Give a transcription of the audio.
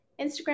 Instagram